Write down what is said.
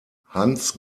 hans